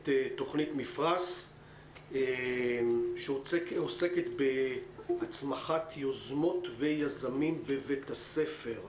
תוכית מפרש שעוסקת בהצמחת יוזמות ויזמים בבית הספר.